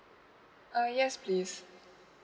uh yes please